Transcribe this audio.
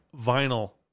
vinyl